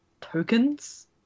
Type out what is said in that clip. tokens